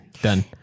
Done